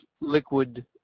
liquid